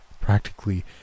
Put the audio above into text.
practically